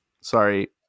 sorry